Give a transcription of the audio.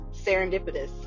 serendipitous